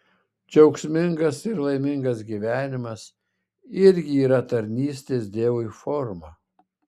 džiaugsmingas ir laimingas gyvenimas irgi yra tarnystės dievui forma